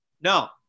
No